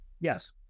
Yes